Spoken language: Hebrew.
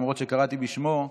למרות שקראתי בשמו,